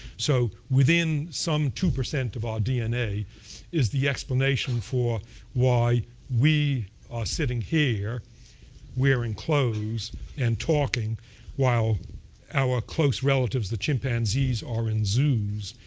so within some two percent of our ah dna is the explanation for why we are sitting here wearing clothes and talking while our close relatives the chimpanzees are in zoos,